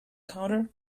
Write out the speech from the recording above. counter